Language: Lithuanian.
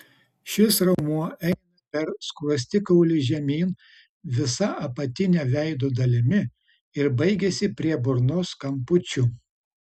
šis raumuo eina per skruostikaulį žemyn visa apatine veido dalimi ir baigiasi prie burnos kampučių